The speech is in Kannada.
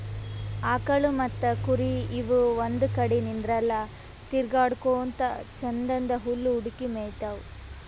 ಆಕಳ್ ಮತ್ತ್ ಕುರಿ ಇವ್ ಒಂದ್ ಕಡಿ ನಿಂದ್ರಲ್ಲಾ ತಿರ್ಗಾಡಕೋತ್ ಛಂದನ್ದ್ ಹುಲ್ಲ್ ಹುಡುಕಿ ಮೇಯ್ತಾವ್